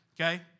okay